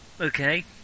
Okay